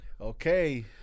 Okay